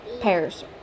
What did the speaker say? pears